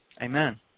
amen